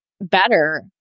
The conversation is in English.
better